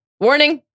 warning